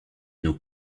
nous